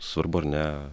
svarbu ar ne